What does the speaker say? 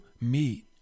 meet